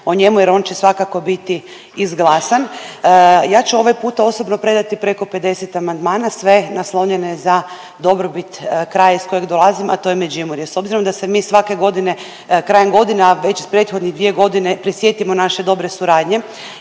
o njemu jer on će svakako biti izglasan. Ja ću ovaj puta osobno predati preko 50 amandmana sve naslonjene za dobrobit kraja iz kojeg dolazim, a to je Međimurje. S obzirom da se mi svake godine krajem godina, već prethodnih dvije godine prisjetimo naše dobre suradnje